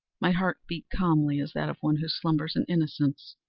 my heart beat calmly as that of one who slumbers in innocence.